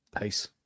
Peace